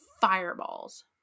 fireballs